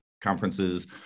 conferences